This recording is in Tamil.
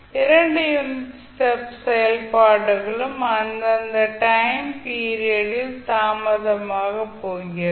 இரண்டு யூனிட் ஸ்டெப் செயல்பாடுகளும் அந்தந்த டைம் பீரியட் ல் தாமதமாக போகிறது